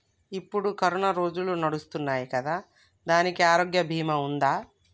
ఇప్పుడు కరోనా రోజులు నడుస్తున్నాయి కదా, దానికి ఆరోగ్య బీమా ఉందా?